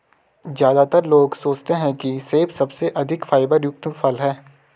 ज्यादातर लोग सोचते हैं कि सेब सबसे अधिक फाइबर युक्त फल है